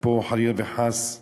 חלילה וחס,